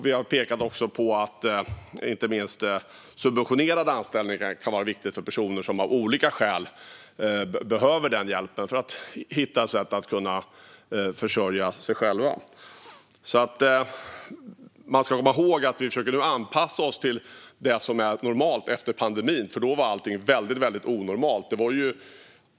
Vi har även pekat på att subventionerade anställningar kan vara viktigt för personer som av olika skäl behöver denna hjälp för att kunna försörja sig. Vi försöker nu anpassa oss till det normala efter en pandemi då allt var väldigt onormalt.